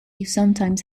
sometimes